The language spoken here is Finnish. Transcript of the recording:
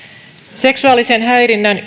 seksuaalisen häirinnän